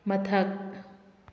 ꯃꯊꯛ